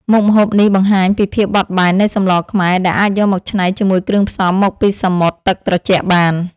មុខម្ហូបនេះបង្ហាញពីភាពបត់បែននៃសម្លខ្មែរដែលអាចយកមកច្នៃជាមួយគ្រឿងផ្សំមកពីសមុទ្រទឹកត្រជាក់បាន។